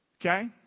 okay